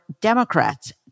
Democrats